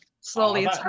slowly